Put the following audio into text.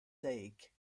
sake